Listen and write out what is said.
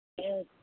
ꯑꯥ